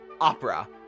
opera